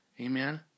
Amen